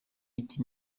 iki